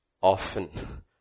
often